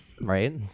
right